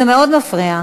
זה מאוד מפריע.